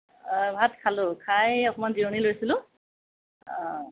ভাত খালোঁ খাই অকণমান জিৰণি লৈছিলোঁ